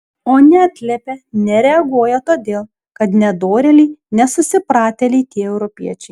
o neatliepia nereaguoja todėl kad nedorėliai nesusipratėliai tie europiečiai